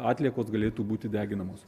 atliekos galėtų būti deginamos